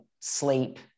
sleep